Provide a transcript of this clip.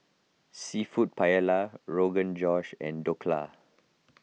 Seafood Paella Rogan Josh and Dhokla